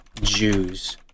Jews